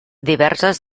diverses